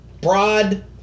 broad